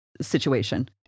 situation